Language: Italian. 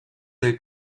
del